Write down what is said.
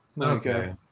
Okay